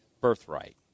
birthright